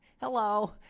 Hello